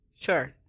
sure